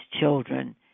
children